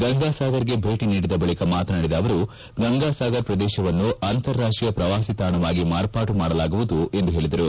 ಗಂಗಾಸಾಗರ್ಗೆ ಭೇಟಿ ನೀಡಿದ ಬಳಿಕ ಮಾತನಾಡಿದ ಅವರು ಗಂಗಾಸಾಗರ ಪ್ರದೇಶವನ್ನು ಅಂತಾರಾಷ್ಟೀಯ ಪ್ರವಾಸಿತಾಣವಾಗಿ ಮಾರ್ಪಾಡು ಮಾಡಲಾಗುವುದು ಎಂದು ಪೇಳಿದರು